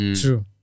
True